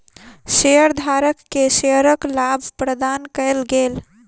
शेयरधारक के शेयरक लाभ प्रदान कयल गेल